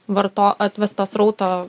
varto atvesto srauto